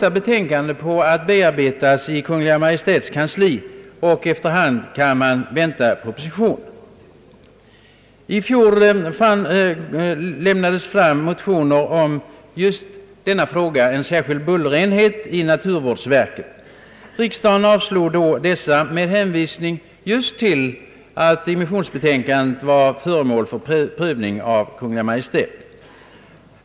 Nu bearbetas detta betänkande i Kungl. Maj:ts kansli, och en proposition i ärendet är att vänta. I fjol väcktes motioner om just en särskild bullerenhet i naturvårdsverket. Riksdagen avslog då dessa med hänvisning just till att immissionsbetänkandet var föremål för prövning av Kungl. Maj:t.